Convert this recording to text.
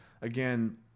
Again